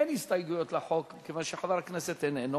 אין הסתייגויות לחוק, מכיוון שחבר הכנסת איננו.